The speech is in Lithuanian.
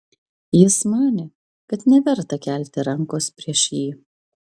jis manė kad neverta kelti rankos prieš jį